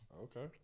Okay